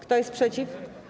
Kto jest przeciw?